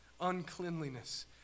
uncleanliness